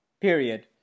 Period